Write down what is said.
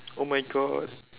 oh my God